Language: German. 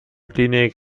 klinik